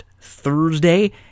Thursday